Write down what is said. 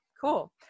Cool